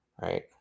Right